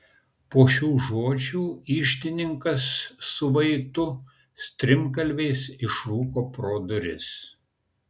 po šių žodžių iždininkas su vaitu strimgalviais išrūko pro duris